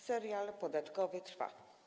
Serial podatkowy trwa.